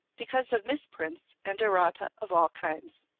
because of misprints and errata of all kinds.